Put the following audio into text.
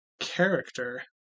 character